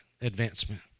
advancement